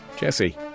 Jesse